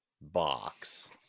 box